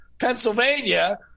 Pennsylvania